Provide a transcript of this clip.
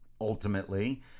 ultimately